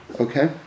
okay